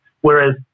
Whereas